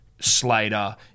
Slater